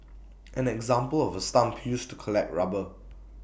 an example of A stump used to collect rubber